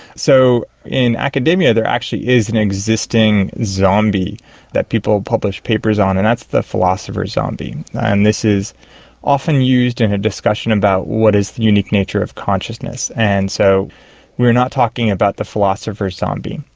so in academia there actually is an existing zombie that people publish papers on, and that's the philosopher zombie. and this is often used in a discussion about what is the unique nature of consciousness. and so we are not talking about the philosopher zombie.